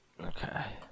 okay